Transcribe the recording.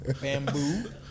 Bamboo